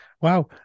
Wow